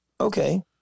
okay